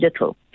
little